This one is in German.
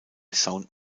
sound